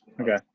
Okay